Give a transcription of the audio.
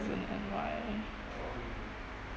and why